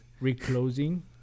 reclosing